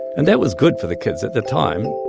and that was good for the kids at the time